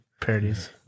parodies